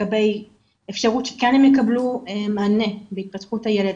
לגבי אפשרות שכן הם יקבלו מענה בהתפתחות הילד,